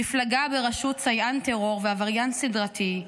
מפלגה בראשות סייען טרור ועבריין סדרתי,